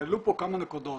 העלו פה כמה נקודות.